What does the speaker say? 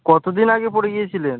কত দিন আগে পড়ে গিয়েছিলেন